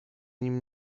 nim